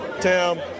Tim